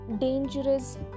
dangerous